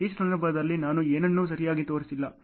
ಈ ಸಂದರ್ಭದಲ್ಲಿ ನಾನು ಏನನ್ನೂ ಸರಿಯಾಗಿ ತೋರಿಸಿಲ್ಲ